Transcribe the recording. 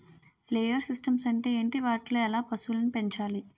Layer systems అంటే ఏంటి? వాటిలో ఎలా పశువులను పెంచాలి?